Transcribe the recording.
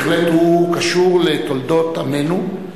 בהחלט הוא קשור לתולדות עמנו,